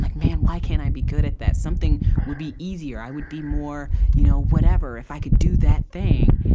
like why can't i be good at that? something would be easier. i would be more you know whatever, if i could do that thing.